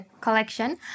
collection